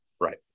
Right